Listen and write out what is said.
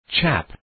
Chap